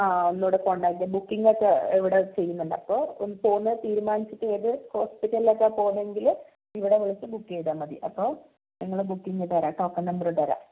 ആ ഒന്നുകൂടെ contact booking ഒക്കെ ഇവിടെ ചെയ്യുന്നുണ്ട് അപ്പോൾ പോവുന്നത് തീരുമാനിച്ചിട്ട് ഏത് ഹോസ്പിറ്റലിൽ ഒക്കെയാണ് പോകുന്നതെങ്കിൽ ഇവിടെ വിളിച്ച് ബുക്ക് ചെയ്താൽ മതി അപ്പോൾ ഞങ്ങൾ ബുക്കിങ്ങ് തരാം ടോക്കൺ നമ്പർ തരാം